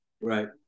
right